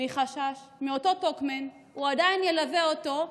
מחשש מאותו טוקמן, הוא עדיין ילווה אותו.